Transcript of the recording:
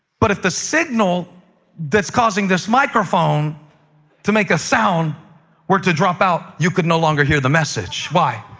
but if the signal that's causing this microphone to make a sound were to drop out, you could no longer hear the message. why?